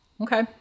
Okay